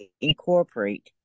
incorporate